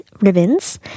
ribbons